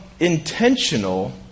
intentional